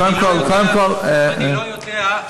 אני לא יודע,